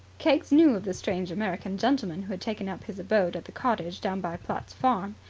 keggs knew of the strange american gentleman who had taken up his abode at the cottage down by platt's farm.